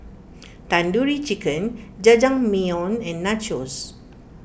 Tandoori Chicken Jajangmyeon and Nachos